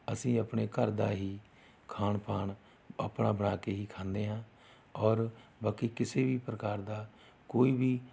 ਅਸੀਂ ਆਪਣੇ ਘਰ ਦਾ ਹੀ ਖਾਣ ਪਾਣ ਆਪਣਾ ਬਣਾ ਕੇ ਹੀ ਖਾਂਦੇ ਹਾਂ ਔਰ ਬਾਕੀ ਕਿਸੇ ਵੀ ਪ੍ਰਕਾਰ ਦਾ ਕੋਈ ਵੀ